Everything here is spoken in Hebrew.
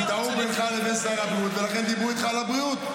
כי טעו בינך לבין שר הבריאות ולכן דיברו איתך על הבריאות.